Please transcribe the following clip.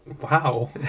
Wow